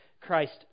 Christ